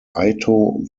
ito